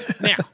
Now